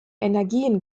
energien